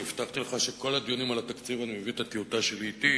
הבטחתי לך שלכל הדיונים על התקציב אני מביא את הטיוטה שלי אתי